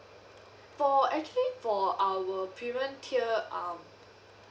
for actually for our premium tier um